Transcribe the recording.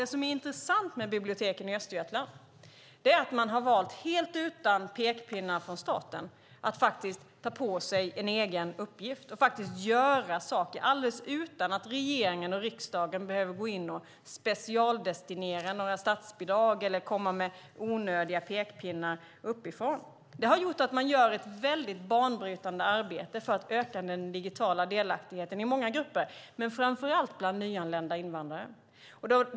Det som är intressant med biblioteken i Östergötland är att man helt utan pekpinnar från staten har valt att ta på sig en egen uppgift och göra saker utan att regeringen och riksdagen behöver gå in och specialdestinera några statsbidrag eller komma med onödiga pekpinnar uppifrån. Det har gjort att man gör ett mycket banbrytande arbete för att öka den digitala delaktigheten i många grupper men framför allt bland nyanlända invandrare.